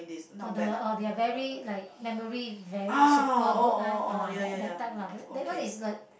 oh the uh they're very like memory very super good one ah that that type lah that one is like